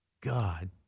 God